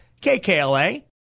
KKLA